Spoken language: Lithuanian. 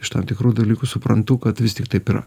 iš tam tikrų dalykų suprantu kad vis tik taip yra